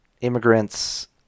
immigrants